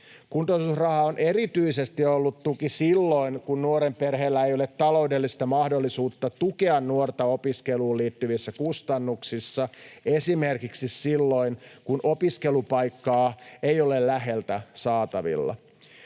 Kuntoutusraha on erityisesti ollut tuki silloin, kun nuoren perheellä ei ole taloudellista mahdollisuutta tukea nuorta opiskeluun liittyvissä kustannuksissa esimerkiksi silloin, kun opiskelupaikkaa ei ole läheltä saatavilla.